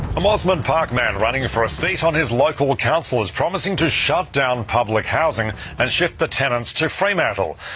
a mosman park man running for a seat on his local council is promising to shut down public housing and shift the tenants to fremantle.